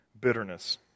bitterness